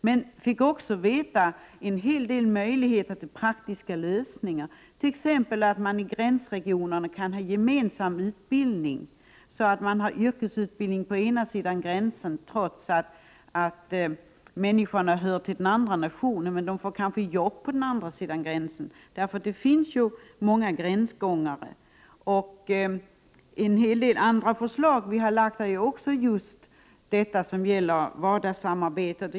Men vi fick också reda på en hel del om möjligheterna till praktiska lösningar, t.ex. att man i gränsregionerna kan ha gemensam utbildning, så att det bedrivs yrkesutbildning på ena sidan gränsen, trots att människorna hör till en annan nation. Och man får kanske jobb på andra sidan gränsen, för det finns ju många gränsgångare. Vi har också lagt fram en hel del andra förslag som gäller vardagssamarbetet.